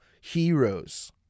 Heroes